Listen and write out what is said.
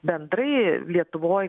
bendrai lietuvoj